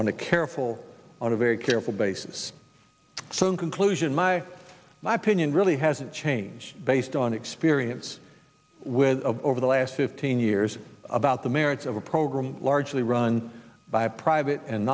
on a careful on a very careful basis so in conclusion my my opinion really hasn't changed based on experience with of over the last fifteen years about the merits of a program largely run by private and